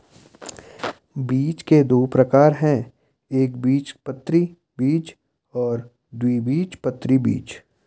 बीज के दो प्रकार है एकबीजपत्री बीज और द्विबीजपत्री बीज